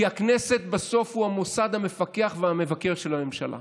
כי הכנסת בסוף היא המוסד המפקח והמבקר על הממשלה.